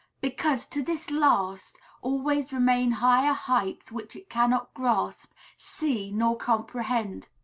because, to this last, always remain higher heights which it cannot grasp, see, nor comprehend.